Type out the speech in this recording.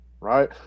right